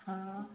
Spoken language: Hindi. हाँ